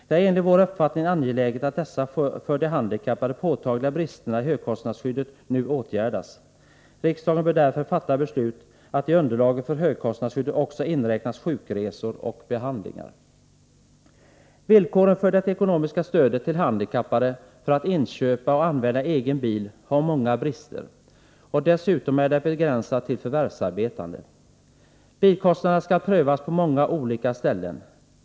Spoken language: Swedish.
Det är enligt vår uppfattning angeläget att dessa för de handikappade påtagliga brister i högkostnadsskyddet nu åtgärdas. Riksdagen bör därför fatta beslut om att det i underlaget för högkostnadsskyddet också skall inräknas sjukresor och behandlingar. Villkoren för det ekonomiska stödet till handikappade för att inköpa och använda egen bil har många brister. Dessutom är stödet begränsat till förvärvsarbetande. Bilkostnaderna skall prövas på många olika ställen.